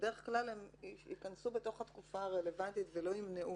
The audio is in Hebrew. שבדרך כלל ייכנסו לתוך התקופה הרלוונטית ולא ימנעו